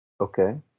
okay